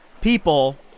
people